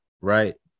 right